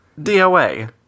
DOA